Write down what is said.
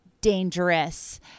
dangerous